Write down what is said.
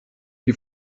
die